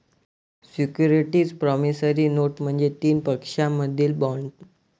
securities promissory note म्हणजे तीन पक्षांमधील बॉण्ड